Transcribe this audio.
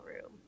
room